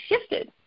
shifted